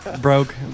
Broke